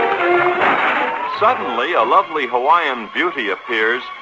um suddenly, a lovely hawaiian beauty appears,